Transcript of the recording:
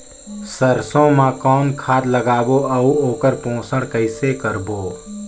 सरसो मा कौन खाद लगाबो अउ ओकर पोषण कइसे करबो?